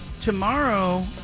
Tomorrow